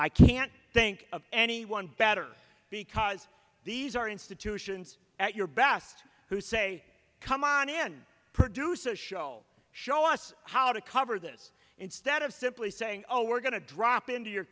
i can't think of anyone better because these are institutions at your best who say come on and produce a show show us how to cover this instead of simply saying oh we're going to drop into your